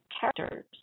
characters